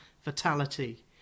fatality